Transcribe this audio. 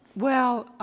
well,